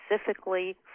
specifically